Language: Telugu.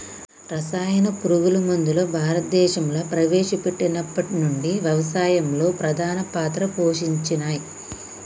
రసాయన పురుగు మందులు భారతదేశంలా ప్రవేశపెట్టినప్పటి నుంచి వ్యవసాయంలో ప్రధాన పాత్ర పోషించినయ్